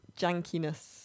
Jankiness